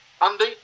Andy